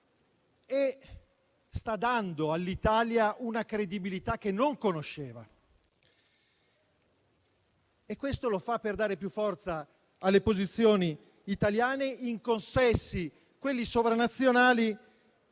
e sta dando all'Italia una credibilità che non conosceva. Lo fa per dare più forza alle posizioni italiane in consessi sovranazionali,